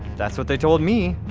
that's what they told me.